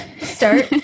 Start